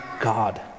God